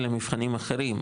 אלא מבחנים אחרים,